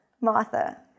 Martha